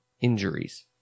injuries